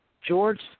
George